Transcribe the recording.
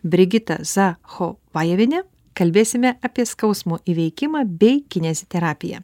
brigita zachovajaviene kalbėsime apie skausmo įveikimą bei kineziterapiją